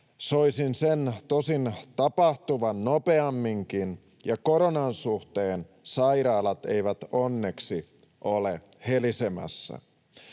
soisin sen tosin tapahtuvan nopeamminkin — ja koronan suhteen sairaalat eivät onneksi ole helisemässä,